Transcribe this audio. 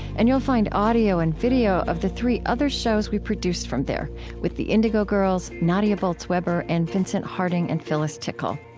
and you'll find audio and video of the three other shows we produced from there with the indigo girls, nadia bolz-weber, and vincent harding and phyllis tickle.